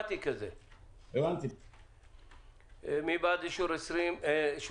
מי בעד אישור (17) עד (22)?